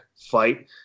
fight